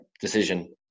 decision